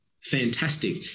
fantastic